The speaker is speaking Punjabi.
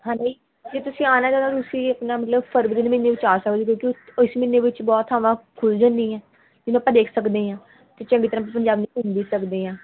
ਹੈ ਨਾ ਜੀ ਜੇ ਤੁਸੀਂ ਆਉਣਾ ਤਾਂ ਨਾ ਤੁਸੀਂ ਆਪਣਾ ਮਤਲਬ ਫਰਵਰੀ ਮਹੀਨੇ ਵਿੱਚ ਆ ਸਕਦੇ ਕਿਉਂਕਿ ਉਸ ਮਹੀਨੇ ਵਿੱਚ ਬਹੁਤ ਥਾਵਾਂ ਖੁੱਲ੍ਹ ਜਾਂਦੀਆਂ ਜਿਹਨੂੰ ਆਪਾਂ ਦੇਖ ਸਕਦੇ ਹਾਂ ਅਤੇ ਚੰਗੀ ਤਰ੍ਹਾਂ ਪੰਜਾਬ ਵਿੱਚ ਘੁੰਮ ਵੀ ਸਕਦੇ ਹਾਂ